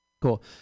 Cool